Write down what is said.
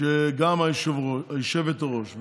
מהאזור, מהאזור של